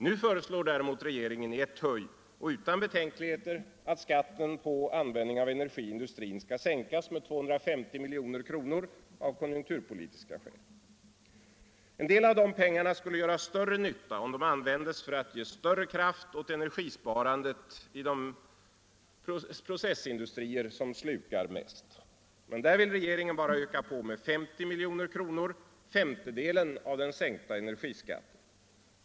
Nu föreslår däremot regeringen i ett huj och utan betänkligheter att skatten på användning av energi i industrin skall sänkas med 250 milj.kr. av konjunkturpolitiska skäl. En del av de pengarna skulle göra större nytta om de användes för att ge större kraft åt energisparandet i de processindustrier som slukar mest. Men här vill regeringen bara öka på med 50 milj.kr., femtedelen av den sänkta energiskatten.